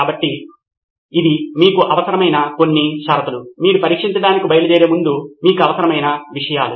కాబట్టి ఇవి మీకు అవసరమైన కొన్ని షరతులు మీరు పరీక్షించడానికి బయలుదేరే ముందు మీకు అవసరమైన విషయాలు